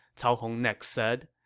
cao hong next said.